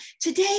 today